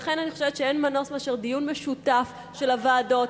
לכן אני חושבת שאין מנוס מדיון משותף של הוועדות,